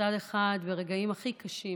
מצד אחד, ברגעים הכי קשים